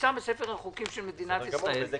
נמצא בספר החוקים של מדינת ישראל -- וזה קוים.